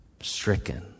stricken